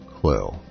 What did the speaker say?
clue